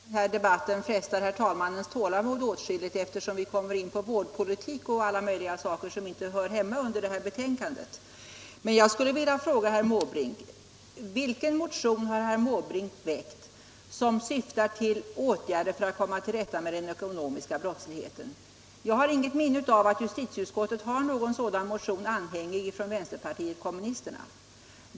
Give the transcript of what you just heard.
Herr talman! Jag förstår att den här debatten frestar herr talmannens tålamod åtskilligt, eftersom vi kommer in på vårdpolitik och alla möjliga saker som inte hör hemma under detta betänkande. Jag skulle emellertid vilja fråga herr Måbrink: Vilken motion har herr Måbrink väckt som syftar till åtgärder för att komma till rätta med den ekonomiska brottsligheten? Jag har inte något minne av att justitieutskottet har någon sådan motion anhängig från vänsterpartiet kommunisterna.